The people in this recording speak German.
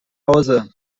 hause